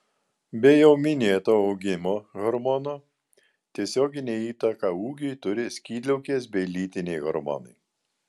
be jau minėto augimo hormono tiesioginę įtaką ūgiui turi skydliaukės bei lytiniai hormonai